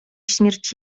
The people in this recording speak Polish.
śmierć